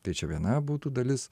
tai čia viena būtų dalis